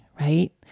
right